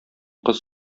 кыз